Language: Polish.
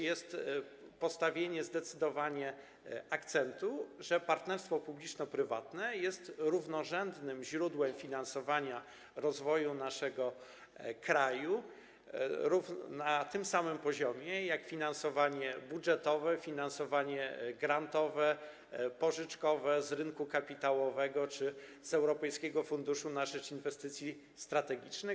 Jest też postawienie zdecydowanie akcentu, że partnerstwo publiczno-prywatne jest równorzędnym źródłem finansowania rozwoju naszego kraju, na tym samym poziomie jak finansowanie budżetowe, finansowanie grantowe, pożyczkowe, z rynku kapitałowego czy z Europejskiego Funduszu na rzecz Inwestycji Strategicznych.